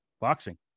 boxing